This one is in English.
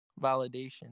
validation